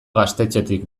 gaztetxetik